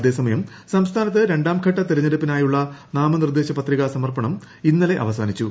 അതേസമയം സംസ്ഥാനത്ത് രണ്ടാംഘട്ട തെരഞ്ഞെടുപ്പിനായുള്ള നാമനിർദ്ദേശ പത്രികാ സമർപ്പണം ഇന്നലെ അവസാനിച്ചു